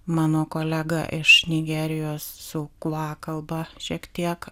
mano kolega iš nigerijos su kula kalba šiek tiek